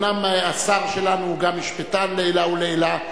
אומנם השר שלנו הוא גם משפטן לעילא ולעילא,